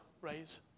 raise